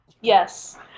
Yes